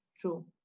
True